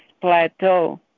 plateau